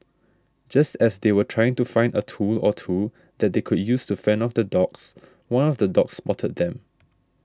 just as they were trying to find a tool or two that they could use to fend off the dogs one of the dogs spotted them